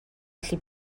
allu